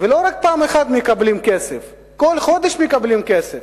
ולא רק פעם אחת מקבלים כסף, כל חודש מקבלים כסף.